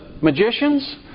magicians